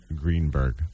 Greenberg